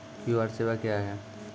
QR सेवा क्या हैं?